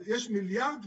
אז יש 1.5 מיליארד.